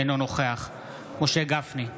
אינו נוכח משה גפני,